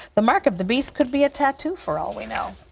the mark of the beast could be a tatoo for all we know.